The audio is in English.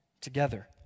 together